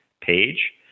page